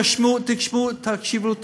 עודף רופאים, תקשיבו טוב.